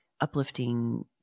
uplifting